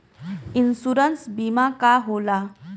Insurance बीमा का होला?